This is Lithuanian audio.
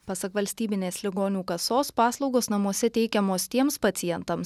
pasak valstybinės ligonių kasos paslaugos namuose teikiamos tiems pacientams